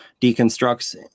deconstructs